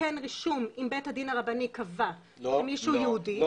לתקן רישום אם בית הדין הרבני קבע שמישהו יהודי.